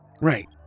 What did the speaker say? Right